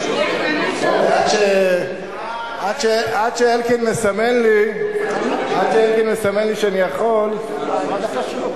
עד שאלקין מסמן לי שאני יכול,